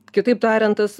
kitaip tariant tas